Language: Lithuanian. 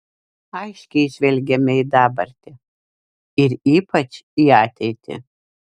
aiškiai žvelgiame į dabartį ir ypač į ateitį